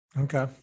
Okay